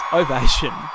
ovation